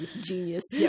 Genius